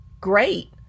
great